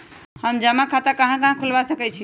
हम जमा खाता कहां खुलवा सकई छी?